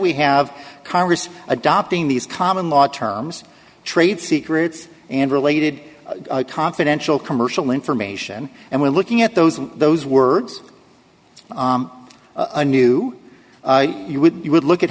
we have congress adopting these common law terms trade secrets and related confidential commercial information and we're looking at those and those words i knew you would you would look at